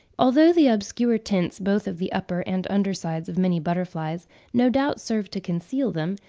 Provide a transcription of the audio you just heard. although the obscure tints both of the upper and under sides of many butterflies no doubt serve to conceal them,